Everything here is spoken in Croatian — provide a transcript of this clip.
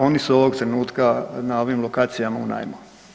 Oni su ovog trenutka na ovim lokacijama u najmu.